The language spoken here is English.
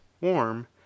warm